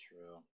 True